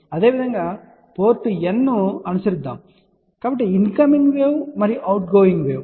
అదేవిధంగా మీరు port N ను అనుసరించవచ్చు కాబట్టి ఇన్ కమింగ్ వేవ్ మరియు అవుట్ గోయింగ్ వేవ్